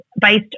based